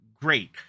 Great